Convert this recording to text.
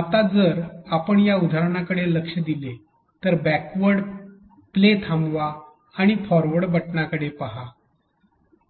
आता जर आपण या उदाहरणाकडे लक्ष दिले तर बॅकवर्ड प्ले थांबवा आणि फॉरवर्ड बटणांकडे पहा